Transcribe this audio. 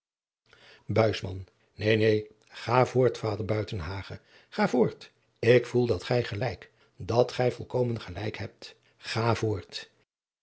neen neen ga voort vader buitenhagen ga voort ik voel dat gij gelijk dat gij volkomen gelijk hebt ga voort